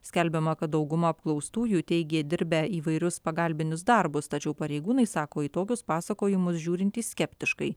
skelbiama kad dauguma apklaustųjų teigė dirbę įvairius pagalbinius darbus tačiau pareigūnai sako į tokius pasakojimus žiūrintys skeptiškai